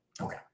Okay